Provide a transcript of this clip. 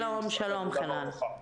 שלום, חנן.